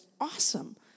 awesome